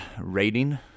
rating